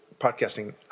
podcasting